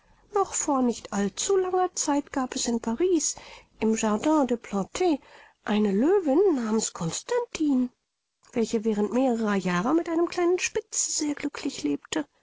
noch vor nicht all zu langer zeit gab es in paris im jardin des plantes eine löwin namens constantine welche während mehrerer jahre mit einem kleinen spitz sehr glücklich lebte